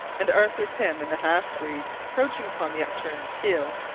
and arthur pym and the half-breed, crouching upon the upturned keel,